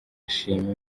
ashima